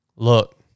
Look